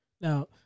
Now